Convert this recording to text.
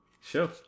Sure